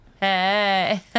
Hey